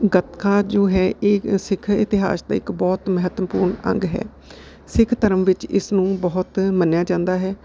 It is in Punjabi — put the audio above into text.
ਗਤਕਾ ਜੋ ਹੈ ਇਹ ਸਿੱਖ ਇਤਿਹਾਸ ਦਾ ਇੱਕ ਬਹੁਤ ਮਹੱਤਵਪੂਰਨ ਅੰਗ ਹੈ ਸਿੱਖ ਧਰਮ ਵਿੱਚ ਇਸ ਨੂੰ ਬਹੁਤ ਮੰਨਿਆ ਜਾਂਦਾ ਹੈ